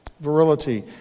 Virility